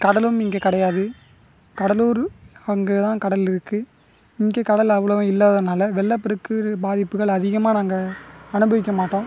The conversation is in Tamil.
கடலும் இங்கே கிடையாது கடலூரு அங்கேதான் கடல் இருக்குது இங்கே கடல் அவ்வளோவா இல்லாததனால் வெள்ளப்பெருக்கு பாதிப்புகள் அதிகமாக நாங்கள் அனுபவிக்க மாட்டோம்